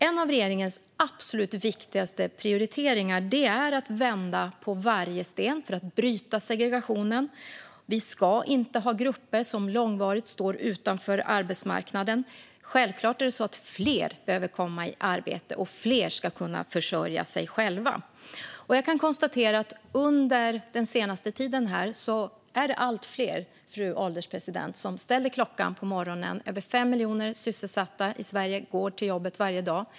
En av regeringens absolut viktigaste prioriteringar är att vända på varje sten för att bryta segregationen. Vi ska inte ha grupper som långvarigt står utanför arbetsmarknaden. Självklart är det så att fler behöver komma i arbete, och fler ska kunna försörja sig själva. Jag kan konstatera att det under den senaste tiden har blivit allt fler som ställer klockan och går till jobbet på morgonen. Det är över 5 miljoner sysselsatta i Sverige i dag.